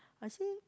I say